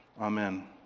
Amen